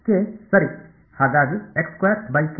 K ಸರಿ ಹಾಗಾಗಿ ಎರಡನೇ ಪದ ಆಗುತ್ತದೆ